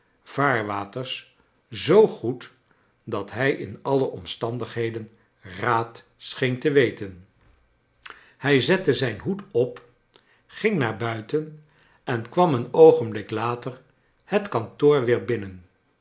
vaarwaters zoo goed dat hij in alle omstandigheden raad scheen te weten hij zette zijn hoed op ging naar buiten en kwam een oogenblik later het kantoor weer binnen